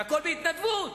והכול בהתנדבות.